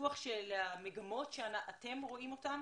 ניתוח של המגמות שאתם רואים אותם,